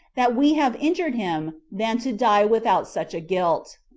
that we have injured him, than to die without such guilt.